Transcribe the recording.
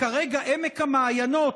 כרגע עמק המעיינות,